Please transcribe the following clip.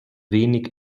wenig